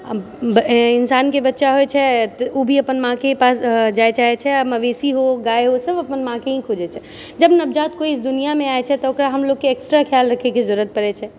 इन्सानके बच्चा होइ छै तऽ ओ भी अपन माँके ही पास जाए चाहै छै आ मवेशी हो गाय हो सब अपन माँके ही खोजै छै जब नवजात कोइ इस दुनियामे आबै छै तऽ ओकरा हमलोग के एक्स्ट्रा खयाल रखैके जरूरत पड़ै छै